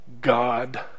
God